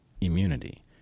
immunity